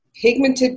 pigmented